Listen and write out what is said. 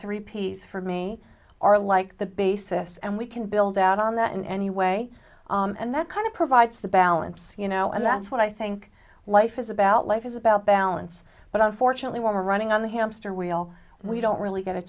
three piece for me are like the basis and we can build out on that and anyway and that kind of provides the balance you know and that's what i think life is about life is about balance but unfortunately we're running on the hamster wheel we don't really get a